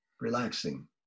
relaxing